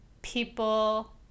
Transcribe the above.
people